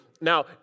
Now